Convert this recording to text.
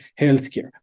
healthcare